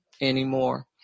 anymore